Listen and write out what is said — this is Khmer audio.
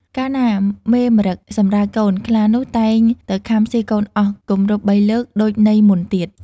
កាលណាមេម្រឹគសម្រាលកូន ខ្លានោះតែងទៅខាំស៊ីកូនអស់ គម្រប់បីលើក ដូចន័យមុនទៀត។